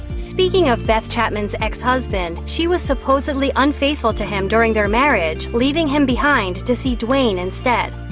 speaking of beth chapman's ex-husband, she was supposedly unfaithful to him during their marriage, leaving him behind to see duane instead.